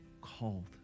called